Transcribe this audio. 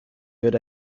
good